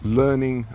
learning